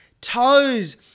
toes